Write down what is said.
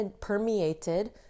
permeated